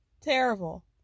Terrible